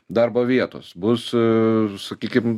darbo vietos bus a sakykim